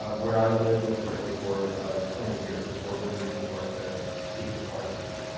um where i live incidentally for twenty years before moving to new york to teach at parsons.